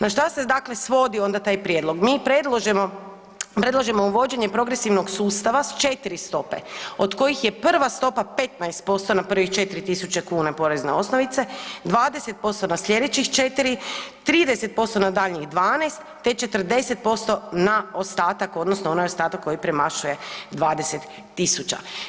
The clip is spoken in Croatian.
Na šta se dakle svodi onda taj prijedlog, mi predlažemo uvođenje progresivnog sustava s 4 stope od kojih je prva stopa 15% na prvih 4.000 kuna porezne osnovice, 20% na slijedećih 4, 30% na daljnjih 12 te 40% na ostatak odnosno onaj ostatak koji premašuje 20.000.